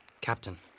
Captain